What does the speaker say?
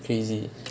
crazy